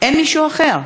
אין מישהו אחר.